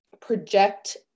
project